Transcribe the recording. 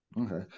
Okay